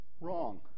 wrong